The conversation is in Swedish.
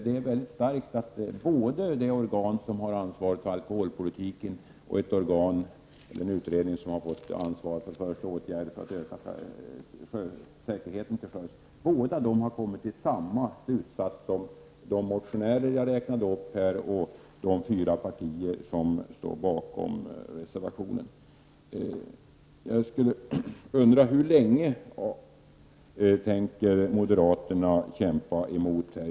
Det väger starkt att både det organ som har ansvaret för alkoholpolitiken och den utredning som har fått i uppdrag att föreslå åtgärder för att öka säkerheten har kommit till samma slutsats som de motionärer som jag räknade upp och de fyra partier som står bakom reservationen. Hur länge tänker moderaterna kämpa emot?